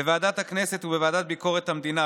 בוועדת הכנסת ובוועדה לענייני ביקורת המדינה,